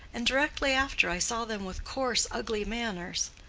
and directly after i saw them with coarse, ugly manners.